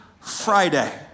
Friday